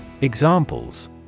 Examples